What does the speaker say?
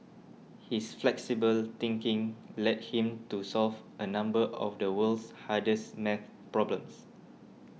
his flexible thinking led him to solve a number of the world's hardest math problems